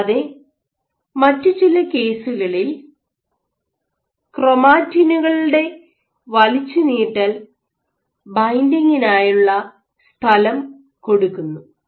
കൂടാതെ മറ്റു ചില കേസുകളിൽ ക്രോമാറ്റിനുകളുടെ വലിച്ചു നീട്ടൽ ബൈൻഡിംഗിനായുള്ള സ്ഥലം കൊടുക്കുന്നു